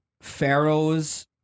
pharaohs